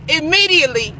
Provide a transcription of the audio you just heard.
immediately